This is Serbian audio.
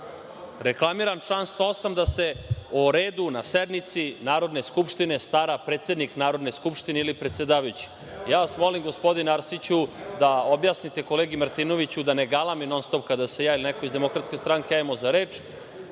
Reklamiram član 108. da se o redu na sednici Narodne skupštine stara predsednik Narodne skupštine ili predsedavajući. Molim vas, gospodine Arsiću da objasnite kolegi Martinoviću da ne galami non stop kada se javi neko iz Demokratske stranke za reč.